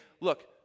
look